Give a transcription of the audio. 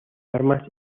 armas